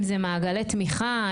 אם זה מעגלי תמיכה,